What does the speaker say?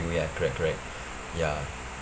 ya correct correct ya